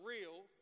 real